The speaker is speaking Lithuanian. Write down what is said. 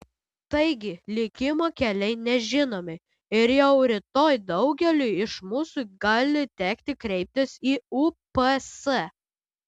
taigi likimo keliai nežinomi ir jau rytoj daugeliui iš mūsų gali tekti kreiptis į ups